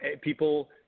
people